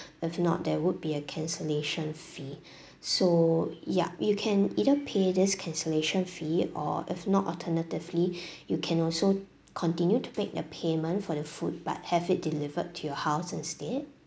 if not there would be a cancellation fee so ya you can either pay this cancellation fee or if not alternatively you can also continue to make the payment for the food but have it delivered to your house instead